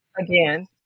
again